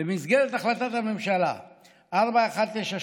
במסגרת החלטת הממשלה 4193,